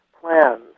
plans